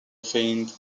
finds